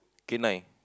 K nine